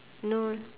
no